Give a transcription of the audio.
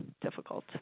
difficult